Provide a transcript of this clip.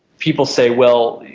people say, well,